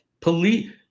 police